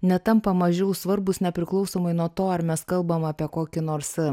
netampa mažiau svarbūs nepriklausomai nuo to ar mes kalbam apie kokį nors